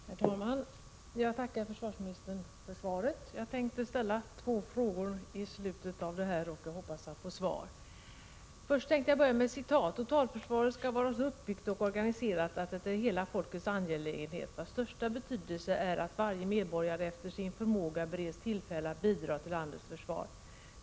Herr talman! Jag tackar försvarsministern för svaret. Jag kommer att ställa två frågor i slutet av mitt anförande, och jag hoppas att jag får svar på dem. Först tänkte jag läsa upp ett citat: ”Totalförsvaret skall vara så uppbyggt och organiserat att det är hela folkets angelägenhet. Av största betydelse är att varje medborgare alltefter sin förmåga bereds tillfälle att bidra till landets försvar.